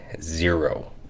zero